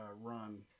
run